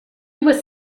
was